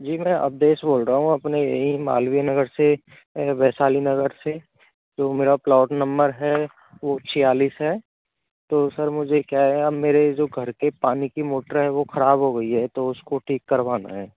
जी मै अवधेश बोल रहा हूँ अपने एरिया मालवीय नगर से ए वैशाली नगर से जो मेरा प्लॉट नंबर है वो छियालीस है तो सर मुझे क्या है मेरे जो घर के पानी की मोटर है वो ख़राब हो गई है तो उसको ठीक करवाना है